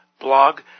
blog